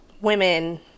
women